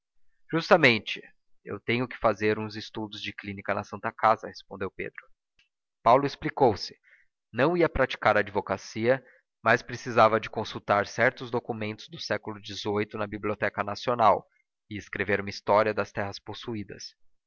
justamente eu tenho que fazer uns estudos de clínica na santa casa respondeu pedro paulo explicou-se não ia praticar a advocacia mas precisava de consultar certos documentos do século xviii na biblioteca nacional ia escrever uma história das terras possuídas